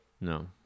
no